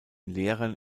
lehrern